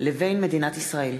פשעי שנאה),